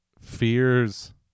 Fear's